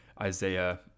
Isaiah